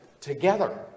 together